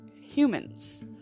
humans